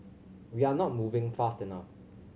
we are not moving fast enough